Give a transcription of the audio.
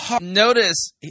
Notice